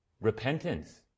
repentance